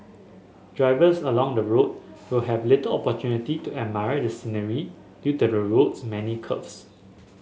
drivers along the route will have little opportunity to admire the scenery due to the road's many curves